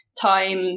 time